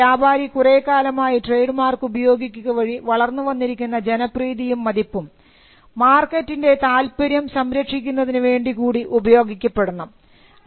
മാത്രമല്ല വ്യാപാരി കുറേക്കാലമായി ട്രേഡ് മാർക്ക് ഉപയോഗിക്കുക വഴി വളർന്നു വന്നിരിക്കുന്ന ജനപ്രീതിയും മതിപ്പും മാർക്കറ്റിൻറെ താല്പര്യം സംരക്ഷിക്കുന്നതിനുവേണ്ടി കൂടി ഉപയോഗിക്കപ്പെടണം